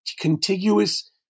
contiguous